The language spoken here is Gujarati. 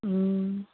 હં